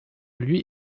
lui